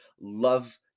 love